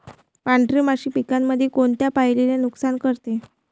पांढरी माशी पिकामंदी कोनत्या पायरीले नुकसान करते?